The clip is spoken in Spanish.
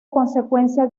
consecuencia